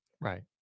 right